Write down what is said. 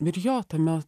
ir jo tame